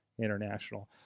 international